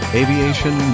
aviation